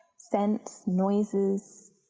scents, noises,